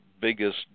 biggest